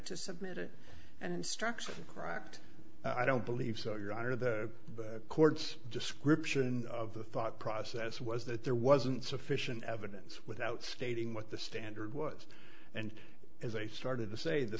to submit it and instruction cracked i don't believe so your honor the court's description of the thought process was that there wasn't sufficient evidence without stating what the standard was and as i started t